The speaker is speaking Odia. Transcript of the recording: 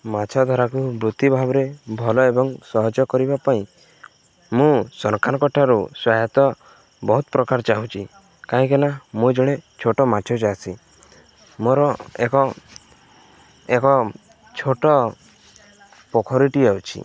ମାଛ ଧରାକୁ ବୃତ୍ତି ଭାବରେ ଭଲ ଏବଂ ସହଜ କରିବା ପାଇଁ ମୁଁ ସରକାରଙ୍କ ଠାରୁ ସହାୟତା ବହୁତ ପ୍ରକାର ଚାହୁଁଛି କାହିଁକି ନା ମୁଁ ଜଣେ ଛୋଟ ମାଛ ଚାଷୀ ମୋର ଏକ ଏକ ଛୋଟ ପୋଖରୀଟି ଅଛି